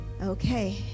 Okay